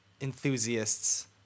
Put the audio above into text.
enthusiasts